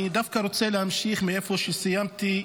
אני דווקא רוצה להמשיך מאיפה שסיימתי,